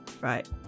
right